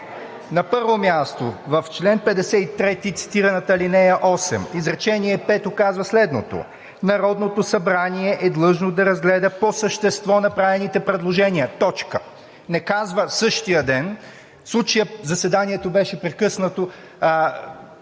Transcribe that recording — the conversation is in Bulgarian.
На първо място в чл. 53 – цитираната ал. 8, изречение пето казва следното: „Народното събрание е длъжно да разгледа по същество направените предложения.“ Не казва същия ден! В случая заседанието беше прекъснато